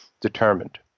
determined